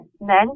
men